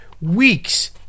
weeks